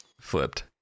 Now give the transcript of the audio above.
Flipped